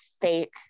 fake